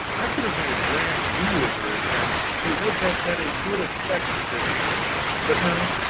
i could have made a grand to-do over it, and it would have had a good effect with the nation but no,